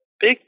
big